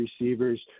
receivers